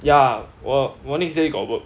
ya 我我 next day got work